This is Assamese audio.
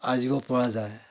আৰ্জিব পৰা যায়